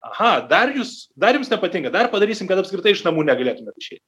aha dar jūs dar jums nepatika dar padarysim kad apskritai iš namų negalėtumėt išeit